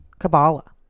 Kabbalah